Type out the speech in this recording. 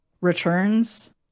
returns